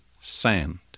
sand